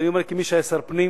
ואני אומר זאת כמי שהיה שר הפנים,